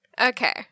Okay